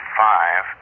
five